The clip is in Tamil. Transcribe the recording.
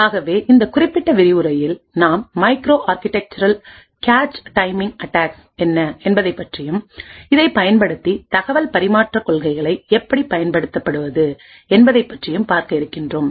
ஆகவே இந்த குறிப்பிட்ட விரிவுரையில் நாம் micro architectural cache timing attacks என்ன என்பதைப் பற்றியும் இதைப் பயன்படுத்தி தகவல் பரிமாற்ற கொள்கைகளை எப்படி பயன்படுத்துவது என்பதைப் பற்றியும் பார்க்க இருக்கின்றோம்